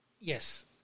Yes